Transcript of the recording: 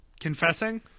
confessing